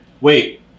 Wait